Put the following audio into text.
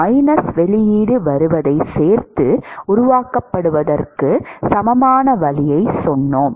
minus வெளியீடு வருவதைச் சேர்த்து உருவாக்கப்படுவதற்கு சமமான வழியைச் சொன்னோம்